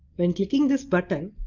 when clicking this button,